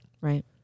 Right